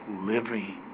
living